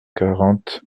quarante